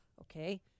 okay